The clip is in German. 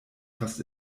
fast